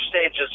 stages